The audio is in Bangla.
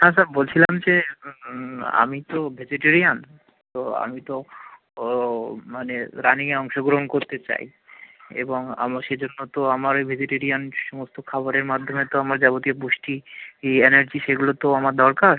হ্যাঁ স্যার বলছিলাম যে আমি তো ভেজিটেরিয়ান তো আমি তো ও মানে রানিংয়ে অংশগ্রহণ করতে চাই এবং আমার সেজন্য তো আমার ওই ভেজিটেরিয়ান যে সমস্ত খাবারের মাধ্যমে তো আমার যাবতীয় পুষ্টি ই এনার্জি সেগুলো তো আমার দরকার